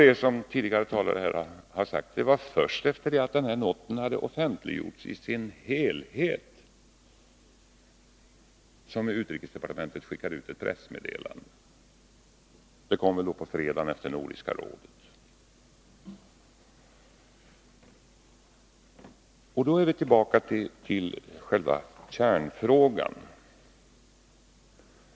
Det var, som tidigare talare här har framhållit, först efter det att den aktuella noten i sin helhet offentliggjorts som utrikesministern skickade ut ett pressmeddelande. Det skedde, tror jag, på fredagen efter Nordiska rådets sammankomst. Då är vi tillbaka vid själva kärnfrågan.